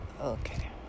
Okay